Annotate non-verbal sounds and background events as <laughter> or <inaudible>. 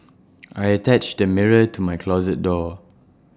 <noise> I attached the mirror to my closet door